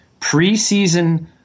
preseason